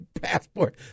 passport